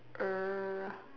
err